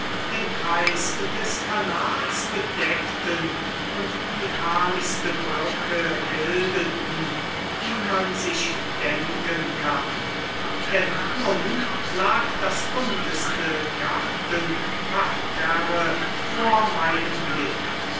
den kreis des kanals bedeckten und die herrlichste brücke bildeten die man sich denken kann denn nun lag das bunteste gartenparterre vor meinem blick